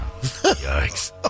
Yikes